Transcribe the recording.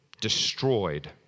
destroyed